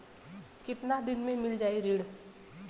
कितना दिन में मील जाई ऋण?